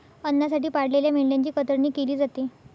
अन्नासाठी पाळलेल्या मेंढ्यांची कतरणी केली जाते